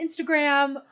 Instagram